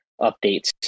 Updates